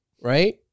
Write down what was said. right